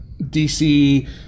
DC